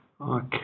Okay